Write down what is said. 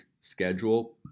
schedule